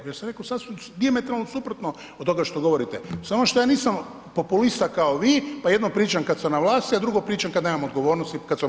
Ja sam rekao sasvim dijametralno suprotno od toga što govorite, samo što ja nisam populista kao vi pa jedno pričam kada sam na vlasti, a drugo pričam kada nemam odgovornosti kada sam u oporbi.